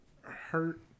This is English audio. hurt